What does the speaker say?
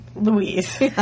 Louise